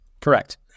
Correct